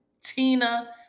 Tina